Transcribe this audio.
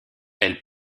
elle